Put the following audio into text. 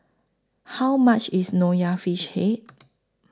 How much IS Nonya Fish Head